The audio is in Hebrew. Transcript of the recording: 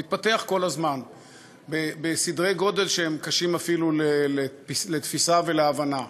הוא מתפתח כל הזמן בסדרי גודל שהם קשים אפילו לתפיסה ולהבנה,